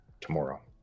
tomorrow